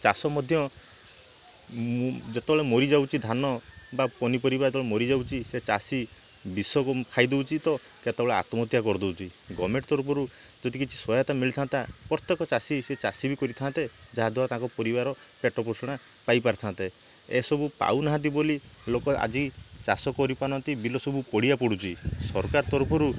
ଚାଷ ମଧ୍ୟ ମୁଁ ଯେତେବେଳେ ମରିଯାଉଛି ଧାନ ବା ପନିପରିବା ଯେତେବେଳେ ମରିଯାଉଛି ସେ ଚାଷୀ ବିଷ ଖାଇ ଦଉଛି ତ କେତେବେଳେ ଆତ୍ମହତ୍ୟା କରିଦଉଛି ଗଭର୍ଣ୍ଣମେଣ୍ଟ ତରଫରୁ ଯଦି କିଛି ସହାୟତା ମିଳିଥାନ୍ତା ପ୍ରତ୍ଯେକ ଚାଷୀ ସେ ଚାଷ ବି କରିଥାନ୍ତେ ଯାହାଦ୍ବାରା ତାଙ୍କ ପରିବାର ପେଟ ପୋଷଣା ପାଇ ପାରିଥାନ୍ତେ ଏସବୁ ପାଉନାହାଁନ୍ତି ବୋଲି ଲୋକ ଆଜି ଚାଷ କରିପାରୁ ନାହାଁନ୍ତି ବିଲ ସବୁ ପଡ଼ିଆ ପଡ଼ୁଛି ସରକାର ତରଫରୁ